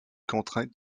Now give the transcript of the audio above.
contrainte